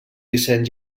disseny